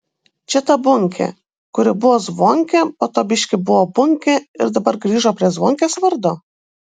čia ta bunkė kuri buvo zvonkė po to biškį buvo bunkė ir dabar grįžo prie zvonkės vardo